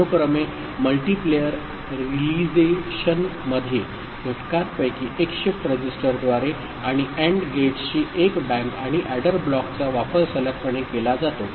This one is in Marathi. अनुक्रमे मल्टीप्लेयर रीलिझेशनमध्ये घटकांपैकी एक शिफ्ट रजिस्टरद्वारे आणि एन्ड गेट्सची एक बँक आणि एडर ब्लॉकचा वापर सलगपणे केला जातो